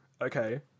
Okay